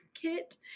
kit